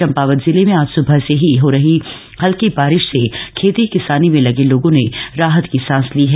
चम्पावत जिले में आज सुबह से ही हो रही हल्की बारिश से खेती किसानी में लगे लोगों ने राहत की सांस ली है